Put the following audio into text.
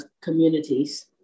communities